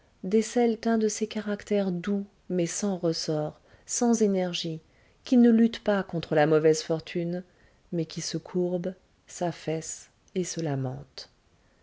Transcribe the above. décèlent un de ces caractères doux mais sans ressort sans énergie qui ne luttent pas contre la mauvaise fortune mais qui se courbent s'affaissent et se